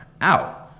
out